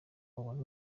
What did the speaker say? ubone